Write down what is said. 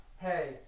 Hey